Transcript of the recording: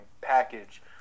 package